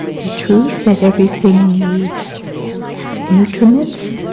the truth that everything needs nutriments